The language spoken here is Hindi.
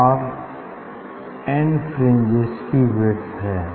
आर एन फ्रिंजेस की विड्थ है